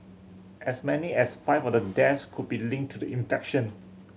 as many as five of the deaths could be linked to the infection